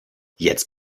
jetzt